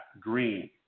Green